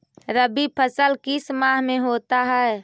रवि फसल किस माह में होता है?